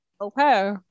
okay